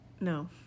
No